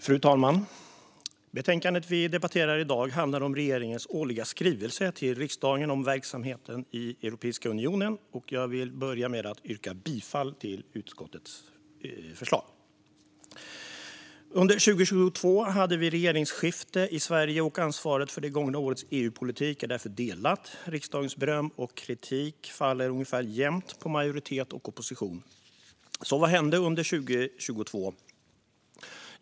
Fru talman! Betänkandet vi debatterar i dag handlar om regeringens årliga skrivelse till riksdagen om verksamheten i Europeiska unionen, och jag vill börja med att yrka bifall till utskottets förslag. Under 2022 hade vi regeringsskifte i Sverige, och ansvaret för det gångna årets EU-politik är därför delat. Riksdagens beröm och kritik faller ungefär jämnt på majoritet och opposition. Så vad hände under 2022?